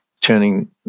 turning